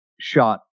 shot